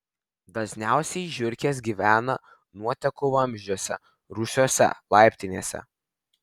dažniausiai žiurkės gyvena nuotekų vamzdžiuose rūsiuose laiptinėse